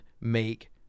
make